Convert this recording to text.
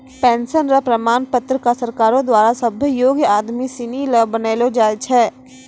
pension र प्रमाण पत्र क सरकारो द्वारा सभ्भे योग्य आदमी सिनी ल बनैलो जाय छै